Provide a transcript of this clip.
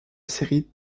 série